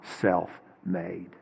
self-made